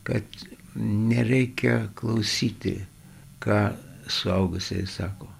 kad nereikia klausyti ką suaugusieji sako